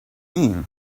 mean